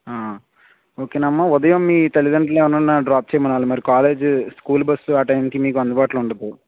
ఆ ఓకే అమ్మా ఉదయం మీ తల్లిదండ్రులని ఎవరినైనా డ్రాప్ చేయమనాలి మరి కాలేజ్ స్కూల్ బస్ ఆ టైమ్కి మీకు అందుబాటులో ఉండదు